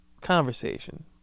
conversation